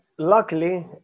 luckily